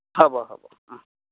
হ'ব হ'ব অঁ